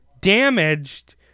damaged